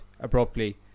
abruptly